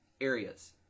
areas